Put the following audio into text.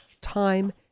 time